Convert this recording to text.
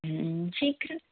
शीकः